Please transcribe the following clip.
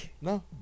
No